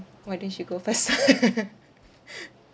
why don't you go first